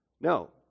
No